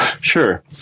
Sure